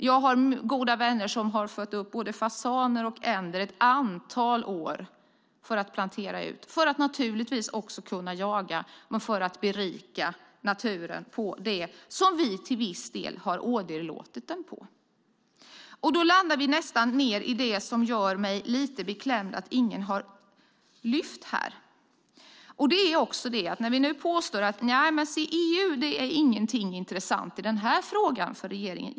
Jag har goda vänner som har fött upp fasaner och änder ett antal år för att plantera ut. Det är naturligtvis för att kunna jaga, men också för att berika naturen på det som vi till viss del har åderlåtit den på. Det finns en fråga som ingen har lyft fram, och det gör mig lite beklämd. Man säger att EU inte är intressant för regeringen i den här frågan.